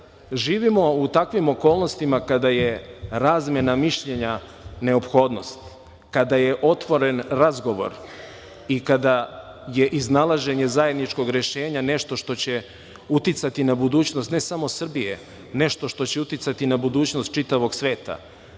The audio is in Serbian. živimo u takvim okolnostima kada je razmena mišljenja neophodnost, kada je otvoren razgovor i kada je iznalaženje zajedničkog rešenja nešto što će uticati na budućnost ne samo Srbije, nešto što će uticati na budućnost čitavog sveta.